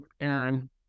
Aaron